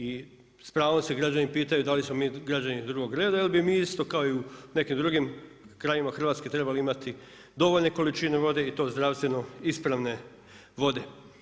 I s spravom se građani potaju da li smo mi građani drugog reda ili bi mi isto kao i u nekim drugim krajevima Hrvatske trebali imati dovoljne količine vode i to zdravstveno ispravne vode.